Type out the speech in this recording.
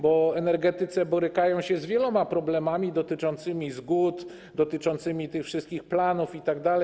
Bo energetycy borykają się z wieloma problemami dotyczącymi zgód, dotyczącymi wszystkich planów itd.